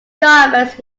garments